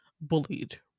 bullied